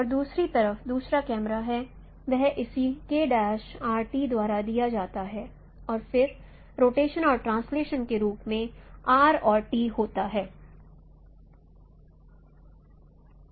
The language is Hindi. और दूसरी तरफ दूसरा कैमरा है वह इसी द्वारा दिया जाता है और फिर रोटेशन और ट्रांसलेटशन के रूप में और होता है